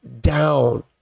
down